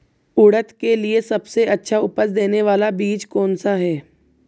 उड़द के लिए सबसे अच्छा उपज देने वाला बीज कौनसा है?